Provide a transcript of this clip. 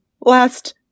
last